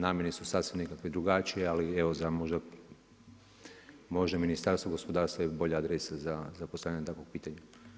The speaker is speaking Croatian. Namjene su sasvim nekakve drugačije, ali evo za možda Ministarstvo gospodarstva bolja adresa za postavljanje takvog pitanja.